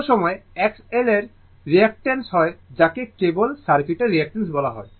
কখনও সময় X L r এর রিঅ্যাকটাঁস হয় যাকে কেবল সার্কিটের রিঅ্যাকটাঁস বলা হয়